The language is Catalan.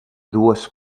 dues